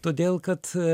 todėl kad